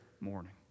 morning